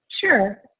Sure